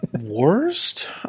Worst